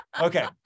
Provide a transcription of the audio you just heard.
Okay